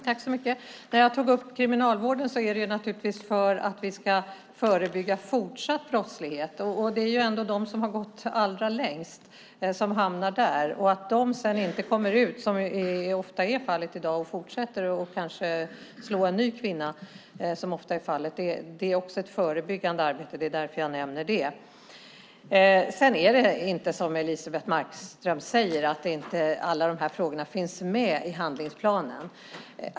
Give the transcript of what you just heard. Herr talman! Jag tog upp Kriminalvården därför att vi ska förebygga fortsatt brottslighet. Det är ändå de som har gått allra längst som hamnar där. Att de sedan inte kommer ut och fortsätter att slå en ny kvinna, som ofta är fallet, är också ett förebyggande arbete. Det var därför jag nämnde det. Det är inte så som Elisebeht Markström säger, att alla de här frågorna inte finns med i handlingsplanen.